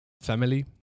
Family